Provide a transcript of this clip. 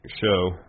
show